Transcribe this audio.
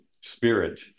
spirit